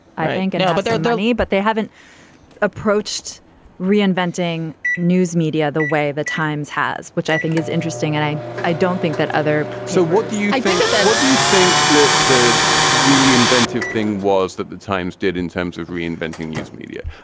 i think. and but their daily. but they haven't approached reinventing news media the way the times has, which i think is interesting. and i i don't think that other. so what do you think of that? what do you think that the really inventive thing was that the times did in terms of reinventing news media?